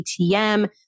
ATM